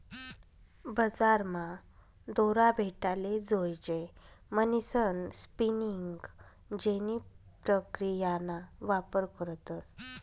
बजारमा दोरा भेटाले जोयजे म्हणीसन स्पिनिंग जेनी प्रक्रियाना वापर करतस